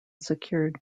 secured